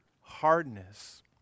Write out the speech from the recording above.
hardness